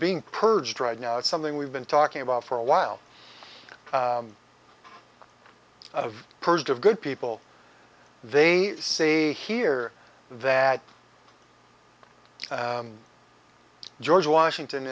being purged right now it's something we've been talking about for a while of purged of good people they say here that george washington